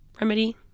remedy